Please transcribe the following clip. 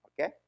okay